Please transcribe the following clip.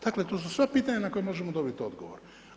Dakle, to su sva pitanja na koje možemo dobiti odgovor.